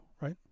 right